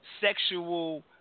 sexual